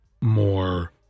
more